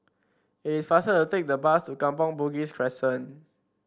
it's faster to take the bus to Kampong Bugis Crescent